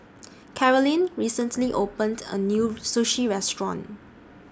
Karolyn recently opened A New Sushi Restaurant